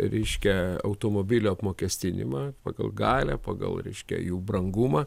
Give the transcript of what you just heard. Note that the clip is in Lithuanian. reiškia automobilių apmokestinimą pagal galią pagal reiškia jų brangumą